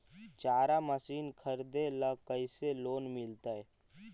चारा मशिन खरीदे ल लोन कैसे मिलतै?